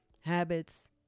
habits